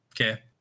Okay